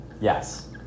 Yes